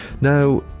Now